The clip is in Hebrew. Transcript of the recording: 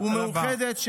ומאוחדת,